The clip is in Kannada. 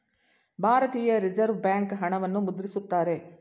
ಭಾರತೀಯ ರಿಸರ್ವ್ ಬ್ಯಾಂಕ್ ಹಣವನ್ನು ಮುದ್ರಿಸುತ್ತಾರೆ